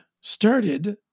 started